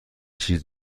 چیز